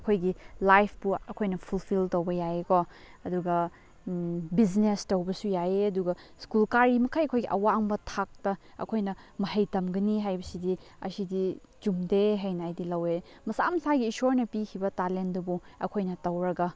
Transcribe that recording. ꯑꯩꯈꯣꯏꯒꯤ ꯂꯥꯏꯐꯄꯨ ꯑꯩꯈꯣꯏꯅ ꯐꯨꯜꯐꯤꯜ ꯇꯧꯕ ꯌꯥꯏꯌꯦ ꯀꯣ ꯑꯗꯨꯒ ꯕꯤꯖꯤꯅꯦꯁ ꯇꯧꯕꯁꯨ ꯌꯥꯏꯌꯦ ꯑꯗꯨꯒ ꯁ꯭ꯀꯨꯜ ꯀꯥꯔꯤ ꯃꯈꯩ ꯑꯩꯈꯣꯏꯒꯤ ꯑꯋꯥꯡꯕ ꯊꯥꯛꯇ ꯑꯩꯈꯣꯏꯅ ꯃꯍꯩ ꯇꯝꯒꯅꯤ ꯍꯥꯏꯕꯁꯤꯗꯤ ꯑꯁꯤꯗꯤ ꯆꯨꯝꯗꯦ ꯍꯥꯏꯅ ꯑꯩꯗꯤ ꯂꯧꯋꯦ ꯃꯁꯥ ꯃꯁꯥꯒꯤ ꯏꯁꯣꯔꯅ ꯄꯤꯈꯤꯕ ꯇꯂꯦꯟꯗꯨꯕꯨ ꯑꯩꯈꯣꯏꯅ ꯇꯧꯔꯒ